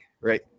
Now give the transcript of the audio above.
right